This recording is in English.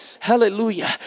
Hallelujah